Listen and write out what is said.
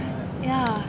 yeah